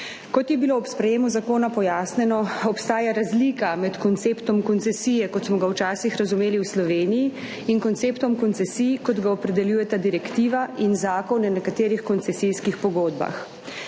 Kot je bilo ob sprejetju zakona pojasnjeno, obstaja razlika med konceptom koncesije, kot smo ga včasih razumeli v Sloveniji, in konceptom koncesij, kot ga opredeljujeta direktiva in Zakon o nekaterih koncesijskih pogodbah.